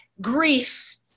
grief